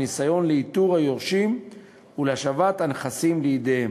בניסיון לאיתור היורשים ולהשבת הנכסים לידיהם.